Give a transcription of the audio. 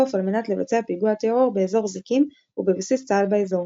לחוף על מנת לבצע פיגוע טרור באזור זיקים ובסיס צה"ל באזור.